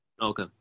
Okay